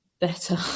better